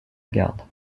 garde